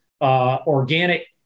organic